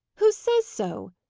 who says so?